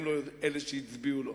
הם לא אלה שהצביעו לו.